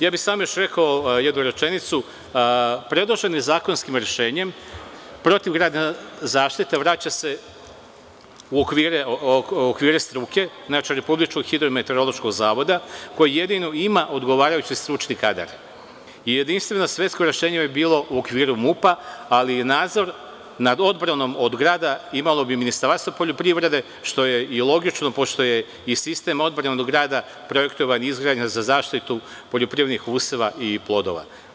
Ja bih samo još rekao jednu rečenicu, predloženim zakonskim rešenjem protivgradna zaštita, vraća se u okvire struke, znači u RHMZ koji jedino ima odgovarajući stručni kadar, i jedinstveno svetsko rešenje bi bilo u okivru MUP-a, ali nadzor nad odbranom od grada imalo bi Ministarstvo poljoprivrede, što je i logično, pošto je i sistem odbrane od grada projektovan i izgrađen za zaštitu poljoprivrednih useva i plodova.